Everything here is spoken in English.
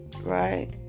right